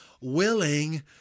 willing